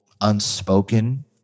unspoken